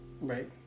Right